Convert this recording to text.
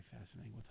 fascinating